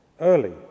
Early